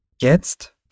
Jetzt